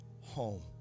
home